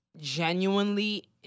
genuinely